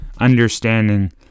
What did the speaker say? understanding